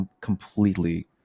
completely